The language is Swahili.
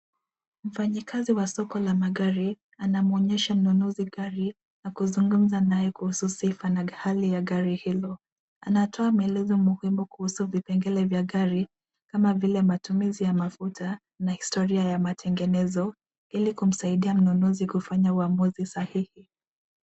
Mfanyikazi wa soko la magari anamwonyesha mnunuzi gari na kuzungumza na yeye kuhusu sifa na hali ya gari hilo. Anatoa maelezo muhimu kuhusu vipegele vya gari kama vile matumizi ya mafuta na historia ya matengenezo, ili kumsaidia mnunuzi kufanya uamuzi sahihi.